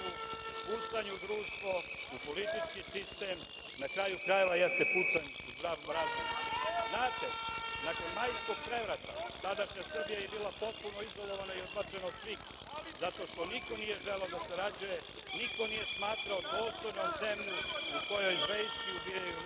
pucanj u društvo, u politički sistem, na kraju krajeva, jeste pucanj u zdrav razum. Znate, nakon Majskog prevrata, tadašnja Srbija bila je potpuno izolovana i odbačena od svih zato što niko nije želeo da sarađuje, niko nije smatrao dostojnom zemlju u kojoj zverski ubijaju